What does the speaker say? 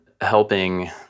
helping